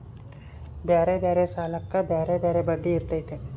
ಬ್ಯಾರೆ ಬ್ಯಾರೆ ಸಾಲಕ್ಕ ಬ್ಯಾರೆ ಬ್ಯಾರೆ ಬಡ್ಡಿ ಇರ್ತತೆ